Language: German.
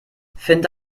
finde